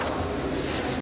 Hvala.